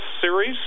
series